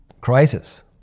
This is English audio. crisis